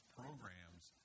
programs